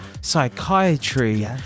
psychiatry